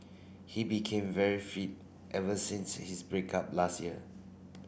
he became very fit ever since his break up last year